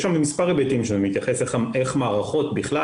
יש שם מספר היבטים, והוא מתייחס איך מערכות בכלל